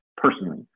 personally